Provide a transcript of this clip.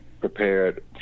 prepared